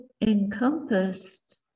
encompassed